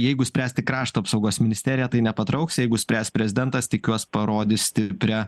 jeigu spręsti krašto apsaugos ministerija tai nepatrauks jeigu spręs prezidentas tikiuos parodys stiprią